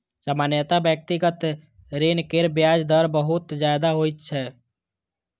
सामान्यतः व्यक्तिगत ऋण केर ब्याज दर बहुत ज्यादा होइ छै